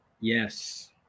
Yes